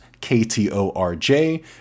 k-t-o-r-j